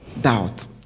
doubt